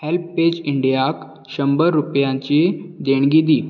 help page इंडियाक शंबर रुपयांची देणगी दी